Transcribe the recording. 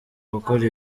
gukora